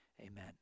Amen